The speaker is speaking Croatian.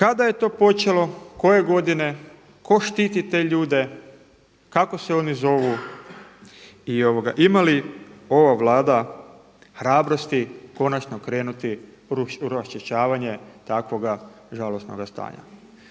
Kada je to počelo? Koje godine? Tko štiti te ljude? Kako se oni zovu i ima li ova Vlada hrabrosti konačno krenuti u raščišćavanje takvoga žalosnoga stanja?